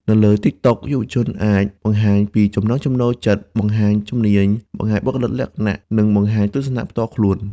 នៅលើ TikTok យុវជនអាច បង្ហាញពីចំណង់ចំណូលចិត្ត បង្ហាញជំនាញ បង្ហាញបុគ្គលិកលក្ខណៈ និងបង្ហាញទស្សនៈផ្ទាល់ខ្លួន។